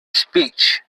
speech